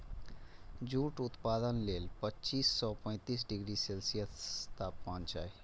jute उत्पादन लेल पच्चीस सं पैंतीस डिग्री सेल्सियस तापमान चाही